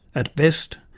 at best,